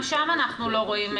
גם שם אנחנו לא רואים,